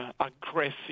aggressive